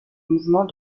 mouvement